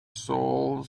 soul